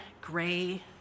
gray